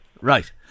Right